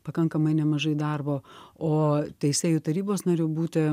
pakankamai nemažai darbo o teisėjų tarybos nariu būti